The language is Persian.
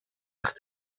وقت